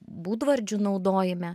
būdvardžių naudojime